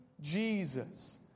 Jesus